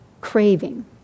craving